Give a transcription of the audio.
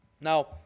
Now